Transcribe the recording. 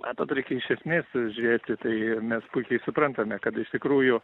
matot reikia iš esmės žiūrėti tai mes puikiai suprantame kad iš tikrųjų